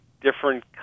different